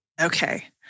Okay